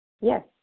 Yes